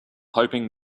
hoping